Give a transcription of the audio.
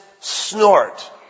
snort